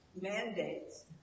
mandates